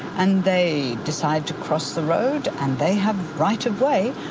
and they decide to cross the road and they have right of way.